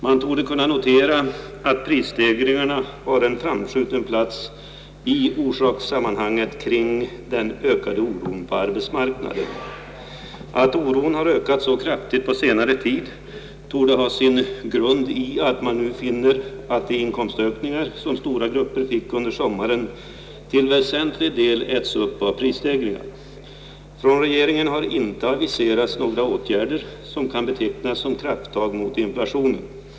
Man torde kunna notera att prisstegringarna har en framskjuten plats i orsakssammanhanget kring den ökade oron på arbetsmarknaden. Att oron har ökat så kraftigt på senare tid torde ha sin grund i att man nu finner att de inkomstökningar som stora grupper fick under sommaren till väsentlig del äts upp av prisstegringar. Från regeringen har inte aviserats några åtgärder som kan betecknas som krafttag mot inflationen.